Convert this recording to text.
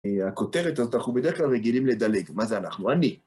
הכותרת אנחנו בדרך כלל רגילים לדלג, מה זה אנחנו? אני.